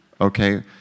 Okay